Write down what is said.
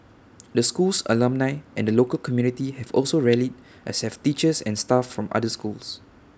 the school's alumni and the local community have also rallied as have teachers and staff from other schools